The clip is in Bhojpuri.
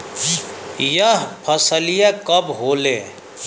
यह फसलिया कब होले?